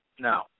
No